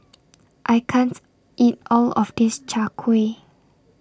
I can't eat All of This Chai Kuih